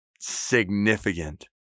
significant